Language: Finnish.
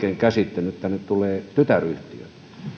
oikein käsittänyt että tänne tulee tytäryhtiö